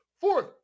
Fourth